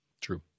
True